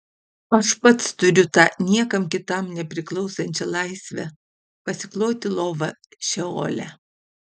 aš pats turiu tą niekam kitam nepriklausančią laisvę pasikloti lovą šeole